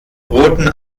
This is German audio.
roten